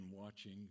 watching